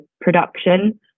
production